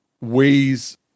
ways